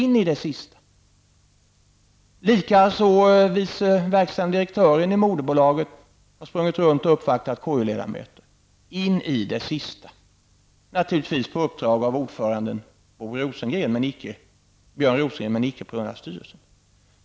Likaså har vice verkställande direktören i moderbolaget sprungit runt och uppvaktat KU ledamöter, in i det sista, naturligtvis på uppdrag av ordföranden Björn Rosengren, men icke på uppdrag av styrelsen.